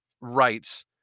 rights